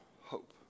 hope